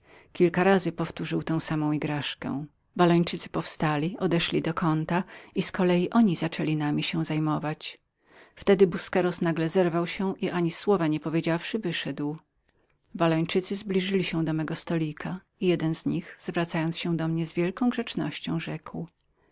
kilka razy powtórzył tę samą igraszkę wallończycy powstali odeszli do kąta i z kolei zaczęli nami się zajmować w tem busqueros nagle zerwał się i ani słowa nie powiedziawszy wyszedł wallończycy zbliżyli się do mego stołu i jeden z nich zwracając się do mnie z wielką grzecznością rzekł